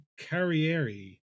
Carrieri